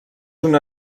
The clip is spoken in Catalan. una